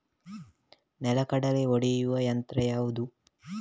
ನೆಲಗಡಲೆ ಒಡೆಯುವ ಯಂತ್ರ ಯಾವುದು?